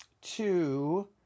two